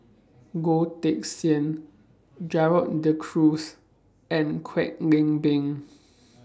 Goh Teck Sian Gerald De Cruz and Kwek Leng Beng